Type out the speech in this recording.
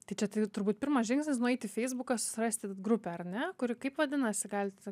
tai čia ti turbūt pirmas žingsnis nueit į feisbuką susirasti grupę ar ne kuri kaip vadinasi galit